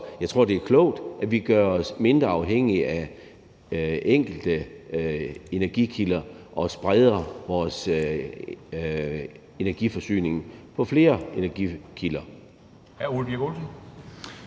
jeg tror, det er klogt, at vi gør os mindre afhængige af enkelte energikilder og spreder vores energiforsyning på flere energikilder.